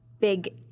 big